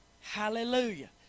Hallelujah